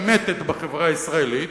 משתמטת בחברה הישראלית,